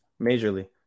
majorly